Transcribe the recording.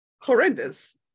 horrendous